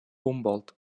humboldt